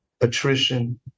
attrition